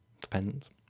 depends